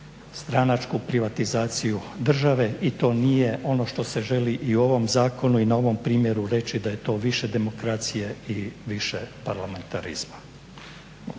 stranačku privatizaciju države i to nije ono što se želi i u ovom zakonu i na ovom primjeru reći da je to više demokracije i više parlamentarizma.